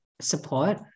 support